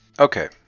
okay